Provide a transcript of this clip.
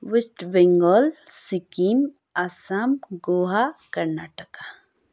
West Bengal Sikkim आमस गोवा कर्नाटाका